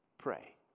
Pray